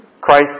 Christ